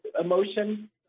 emotion